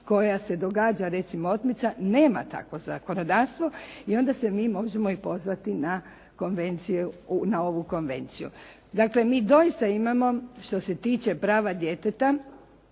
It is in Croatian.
koja se događa recimo otmica, nema takvo zakonodavstvo i onda se mi možemo i pozvati na ovu konvenciju. Dakle, mi doista imamo što se tiče prava djeteta